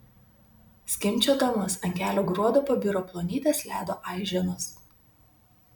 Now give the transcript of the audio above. skimbčiodamos ant kelio gruodo pabiro plonytės ledo aiženos